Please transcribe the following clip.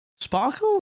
Sparkle